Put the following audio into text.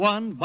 One